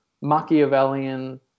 Machiavellian